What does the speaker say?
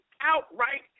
outright